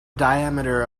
diameter